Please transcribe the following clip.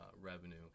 revenue